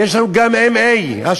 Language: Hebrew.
ויש לנו גם MA השנה,